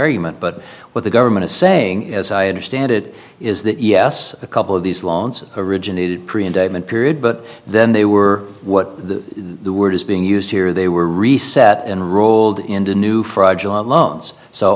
argument but what the government is saying as i understand it is that yes a couple of these loans originated creme de mint period but then they were what the word is being used here they were reset and rolled into new fraudulent loans so